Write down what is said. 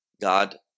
god